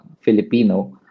Filipino